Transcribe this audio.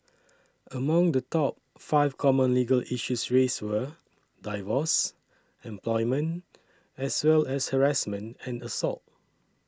among the top five common legal issues raised were divorce employment as well as harassment and assault